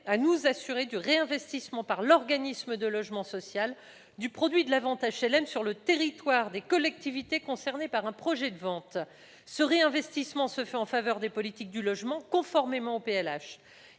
un PLH, du réinvestissement par l'organisme de logement social du produit de la vente d'HLM sur le territoire des collectivités concernées par un projet de vente. Ce réinvestissement se fait en faveur des politiques du logement, conformément au PLH.